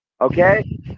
Okay